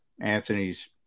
Anthony's